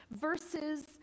versus